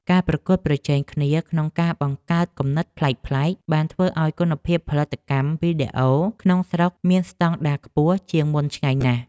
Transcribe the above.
ការប្រកួតប្រជែងគ្នាក្នុងការបង្កើតគំនិតប្លែកៗបានធ្វើឱ្យគុណភាពផលិតកម្មវីដេអូក្នុងស្រុកមានស្តង់ដារខ្ពស់ជាងមុនឆ្ងាយណាស់។